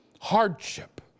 hardship